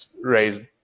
raise